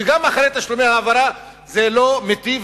וגם אחרי תשלומי ההעברה זה לא מיטיב,